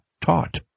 taught